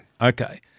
Okay